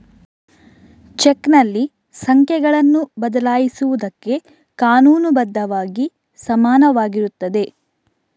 ಚೆಕ್ನಲ್ಲಿ ಸಂಖ್ಯೆಗಳನ್ನು ಬದಲಾಯಿಸುವುದಕ್ಕೆ ಕಾನೂನು ಬದ್ಧವಾಗಿ ಸಮಾನವಾಗಿರುತ್ತದೆ